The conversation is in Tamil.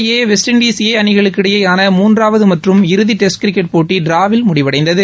India A west Indies A அணிகளுக்கு இடையேயான மூன்றாவது மற்றும் இறுதி டெஸ்ட் கிரிக்கெட் போட்டி ட்டிராவில முடிவடைந்தது